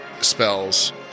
spells